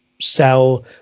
sell